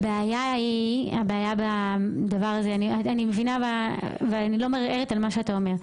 הבעיה בדבר הזה ואני לא מערערת על מה שאתה אומר,